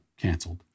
canceled